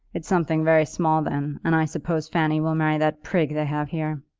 it's something very small then, and i suppose fanny will marry that prig they have here.